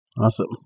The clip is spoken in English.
Awesome